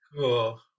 cool